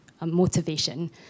motivation